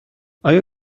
آیا